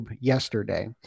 yesterday